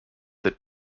that